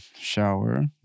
shower